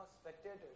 spectators